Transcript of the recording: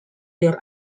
their